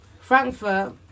Frankfurt